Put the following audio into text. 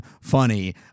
funny